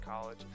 college